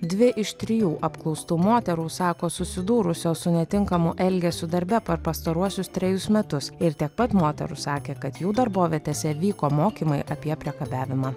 dvi iš trijų apklaustų moterų sako susidūrusios su netinkamu elgesiu darbe per pastaruosius trejus metus ir tiek pat moterų sakė kad jų darbovietėse vyko mokymai apie priekabiavimą